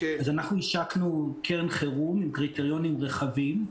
השקנו קרן חירום עם קריטריונים רחבים.